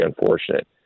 unfortunate